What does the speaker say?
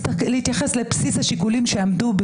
שבמינויים של שופטים בערכאות נמוכות יהיה מצד השופטים